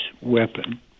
weapon